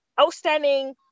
outstanding